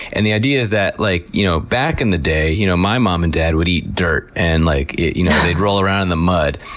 and the idea is that like you know back in the day, you know, my mom and dad would eat dirt and like you know they'd roll around in the mud.